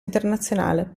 internazionale